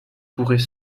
pourrait